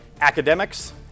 Academics